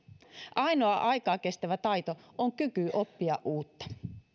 ainoa aikaa kestävä taito on kyky oppia uutta